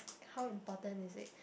how important is it